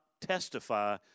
testify